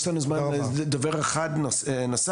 יש לנו זמן לדובר אחד נוסף,